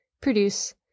produce